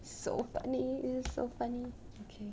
so funny is so funny okay